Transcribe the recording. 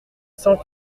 cent